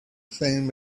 same